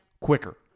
quicker